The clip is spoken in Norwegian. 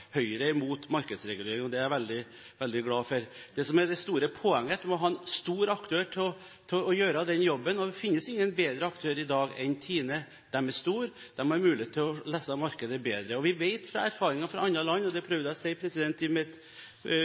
Høyre er imot markedsregulering, og det er jeg veldig glad for. Det som er det store poenget, er at du må ha en stor aktør til å gjøre den jobben, og det finnes ingen bedre aktør i dag enn Tine. De er store, de har mulighet til å lese markedet bedre. Vi vet at erfaringer fra andre land viser – og det prøvde jeg å si i mitt